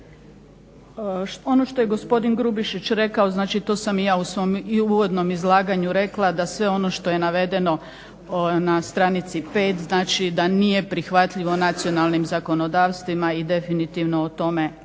Ono što je gospodin Grubišić rekao to sam ja u svom uvodnom izlaganju rekla da sve ono što je navedeno na str. 5 da nije prihvatljivo nacionalnim zakonodavstvima i definitivno o tome